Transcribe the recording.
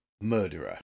Murderer